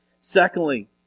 Secondly